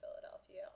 Philadelphia